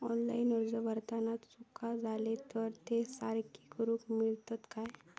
Online अर्ज भरताना चुका जाले तर ते सारके करुक मेळतत काय?